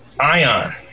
Ion